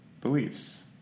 beliefs